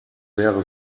wäre